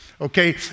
okay